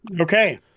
Okay